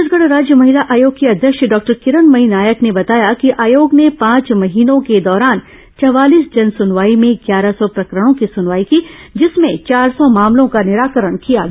छत्तीसगढ राज्य महिला आयोग की अध्यक्ष डॉक्टर किरणमयी नायक ने बताया कि आयोग ने पांच महीनों के दौरान चवालीस जनसुनवाई में ग्यारह सौ प्रकरणों की सुनवाई की जिसमें चार सौ मामलों का निराकरण किया गया